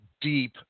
deep